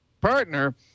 partner